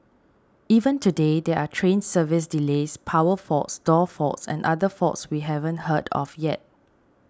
even today there are train service delays power faults door faults and other faults we haven't heard of yet